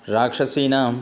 राक्षसीनाम्